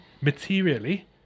materially